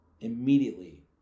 immediately